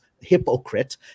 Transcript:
hypocrite